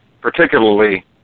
particularly